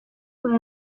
aba